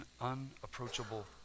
unapproachable